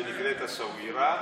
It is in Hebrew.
שנקראת אסווירה.